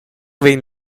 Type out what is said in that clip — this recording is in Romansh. vegn